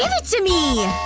and to me!